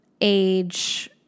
age